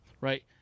right